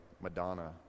Madonna